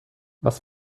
was